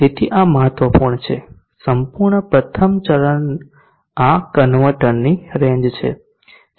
તેથી આ મહત્વપૂર્ણ છે સંપૂર્ણ પ્રથમ ચરણ આ કન્વર્ટરની રેંજ છે